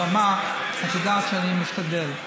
אבל מה, את יודעת שאני משתדל.